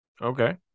Okay